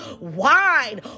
wine